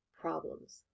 problems